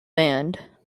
band